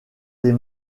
des